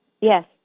Yes